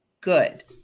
good